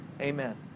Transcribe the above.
Amen